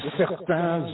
certains